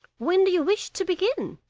when do you wish to begin?